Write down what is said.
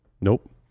Nope